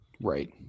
right